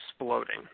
exploding